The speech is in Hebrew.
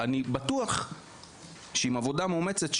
אני בטוח שעם עבודה מאומצת,